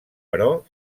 però